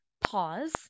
pause